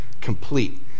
complete